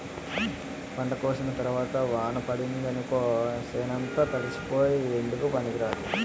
పంట కోసిన తరవాత వాన పడిందనుకో సేనంతా తడిసిపోయి ఎందుకూ పనికిరాదు